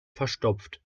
verstopft